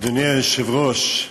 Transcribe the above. אדוני היושב-ראש,